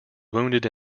wounded